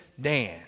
Dan